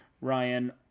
Ryan